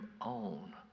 own